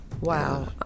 Wow